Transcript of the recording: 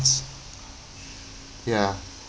ya